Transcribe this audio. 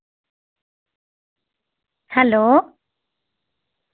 hello